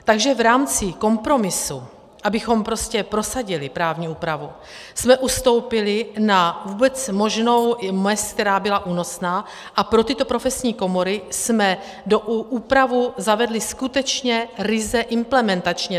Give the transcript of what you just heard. Takže v rámci kompromisu, abychom prostě prosadili právní úpravu, jsme ustoupili na vůbec možnou mez, která byla únosná, a pro tyto profesní komory jsme úpravu zavedli skutečně ryze implementačně.